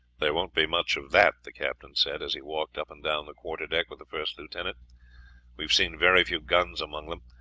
there won't be much of that, the captain said, as he walked up and down the quarterdeck with the first lieutenant we have seen very few guns among them.